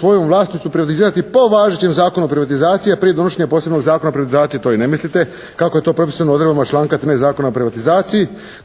svoje vlasništvo privatizirati po važećem Zakonu o privatizaciji a prije donošenja posebnog Zakona o privatizacije to i ne mislite, kako je to propisano odredbama članka 13. Zakona o privatizaciji.